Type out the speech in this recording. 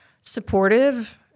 supportive